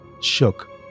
shook